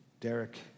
Derek